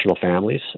families